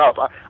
up